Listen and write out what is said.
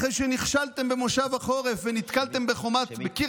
אחרי שנכשלתם במושב החורף ונתקלתם בקיר